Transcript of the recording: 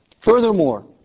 Furthermore